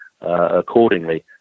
accordingly